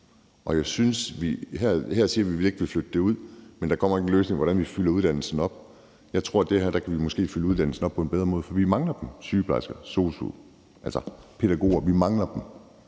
mangler dem. Og her siger man, at man ikke vil flytte det ud, men der kommer ikke en løsning på, hvordan vi fylder uddannelsen op. Jeg tror, at med det her kan vi måske fylde uddannelsen op på en bedre måde, for vi mangler dem; sygeplejersker, sosu'er, pædagoger. Vi mangler dem,